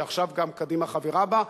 שעכשיו גם קדימה חברה בה,